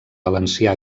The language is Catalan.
valencià